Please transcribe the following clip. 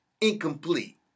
Incomplete